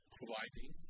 providing